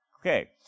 Okay